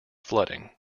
flooding